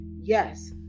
Yes